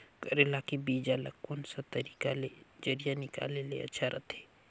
करेला के बीजा ला कोन सा तरीका ले जरिया निकाले ले अच्छा रथे?